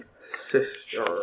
Sister